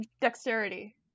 dexterity